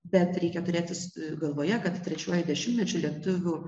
bet reikia turėti galvoje kad trečiuoju dešimtmečiu lietuvių